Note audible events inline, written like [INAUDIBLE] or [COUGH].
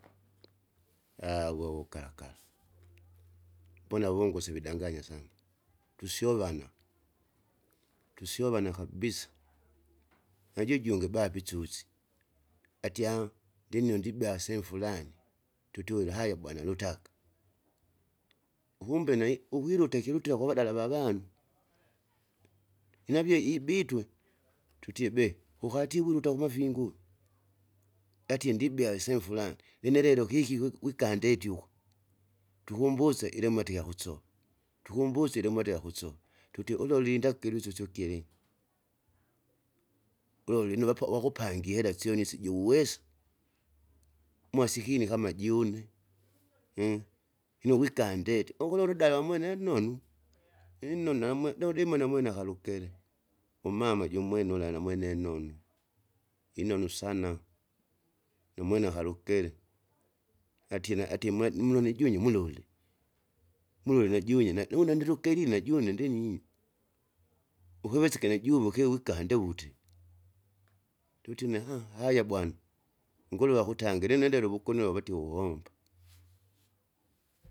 [HESITATION] woukalakala [NOISE] mbona wunguse vidanganya sana [NOISE] tusyovana, tusyovana kabisa, najujunge baba isusi, atie [HESITATION] ndinnino ndibea sehemu sehemu furani, [NOISE] tutie ule haya bwana lutaka. Ukumbe nai ukwilite kilutie kuvadala vavanu [NOISE] inavie ibitwe [NOISE] tutie bee kukatie uwuluta uwuruta kumafingu, atie ndibea sehemu furani, lini lelo kikiwi wikandeti uko, tukumbuse ilemati kyakusova, tukumbusile ilemweti gyakusowa, tutie ulo ulindaki lususu kili, ulo lino wapa wakupangie ihera syoni isi juuwesa, mwasikini kama june. [NOISE] [HESITATION] Lino wika ndeti ukulola udawa mwene nnonu [NOISE] innonu namwe neudime namwene akalukele umama jumwene ula namwene nnonu, inonu sana, namwene akalukele, [NOISE] atie na atie mula ninone junye mulole mulole najunye na nunadilukeli najune ndinyinyi, ukiwesekele juve ukiwika ndewute. Ndiute une ha- haya bwana, nguruve akutangile lino indele wukunula wati uwomba. [NOISE]